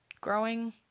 growing